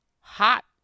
Hot